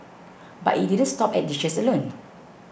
but it didn't stop at dishes alone